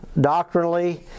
doctrinally